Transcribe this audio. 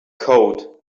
code